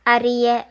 அறிய